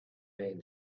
man